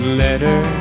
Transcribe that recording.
letter